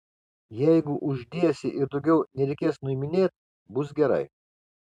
jeigu uždėsi ir daugiau nereikės nuiminėt bus gerai